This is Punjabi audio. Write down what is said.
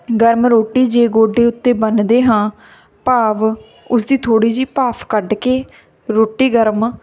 ਗਰਮ ਰੋਟੀ ਜੇ ਗੋਡੇ ਉੱਤੇ ਬੰਨਦੇ ਹਾਂ ਭਾਵ ਉਸ ਦੀ ਥੋੜ੍ਹੀ ਜਿਹੀ ਭਾਫ਼ ਕੱਢ ਕੇ ਰੋਟੀ ਗਰਮ